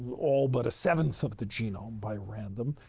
all but a seventh of the genome by random.